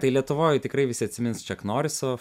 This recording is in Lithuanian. tai lietuvoj tikrai visi atsimins čak noriso